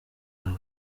wawe